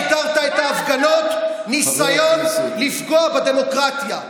הגדרת את ההפגנות "ניסיון לפגוע בדמוקרטיה".